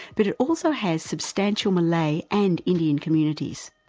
but it also has substantial malay and indian communities.